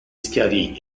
schiarì